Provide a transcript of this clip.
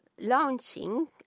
launching